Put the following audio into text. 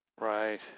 Right